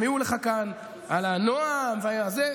החמיאו לך כאן על הנועם ועל זה,